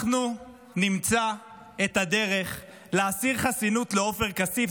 אנחנו נמצא את הדרך להסיר חסינות לעופר כסיף.